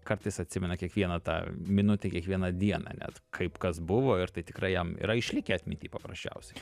kartais atsimena kiekvieną tą minutę kiekvieną dieną net kaip kas buvo ir tai tikrai jam yra išlikę atminty paprasčiausiai